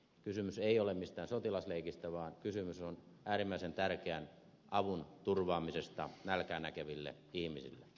kysymys ei ole mistään sotilasleikistä vaan kysymys on äärimmäisen tärkeän avun turvaamisesta nälkää näkeville ihmisille